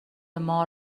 مار